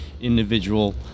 individual